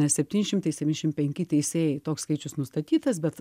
septyni šimtai septyniasdešimt penki teisėjai toks skaičius nustatytas bet